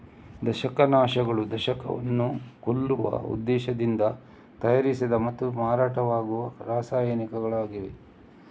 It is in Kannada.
ದಂಶಕ ನಾಶಕಗಳು ದಂಶಕಗಳನ್ನು ಕೊಲ್ಲುವ ಉದ್ದೇಶದಿಂದ ತಯಾರಿಸಿದ ಮತ್ತು ಮಾರಾಟವಾಗುವ ರಾಸಾಯನಿಕಗಳಾಗಿವೆ